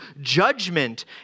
judgment